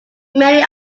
many